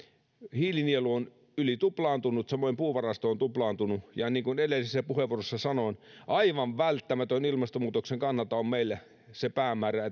hiilinielu on yli tuplaantunut samoin puuvarasto on tuplaantunut ja niin kuin edellisessä puheenvuorossa sanoin aivan välttämätöntä ilmastonmuutoksen kannalta on meille se päämäärä